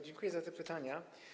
Dziękuję za te pytania.